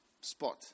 spot